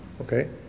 okay